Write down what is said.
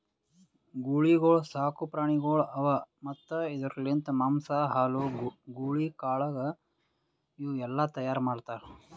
ಗೂಳಿಗೊಳ್ ಸಾಕು ಪ್ರಾಣಿಗೊಳ್ ಅವಾ ಮತ್ತ್ ಇದುರ್ ಲಿಂತ್ ಮಾಂಸ, ಹಾಲು, ಗೂಳಿ ಕಾಳಗ ಇವು ಎಲ್ಲಾ ತೈಯಾರ್ ಮಾಡ್ತಾರ್